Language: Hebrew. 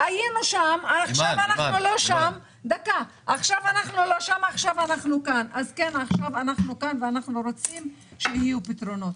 עכשיו כשאנחנו כאן אנחנו רוצים שיהיו פתרונות.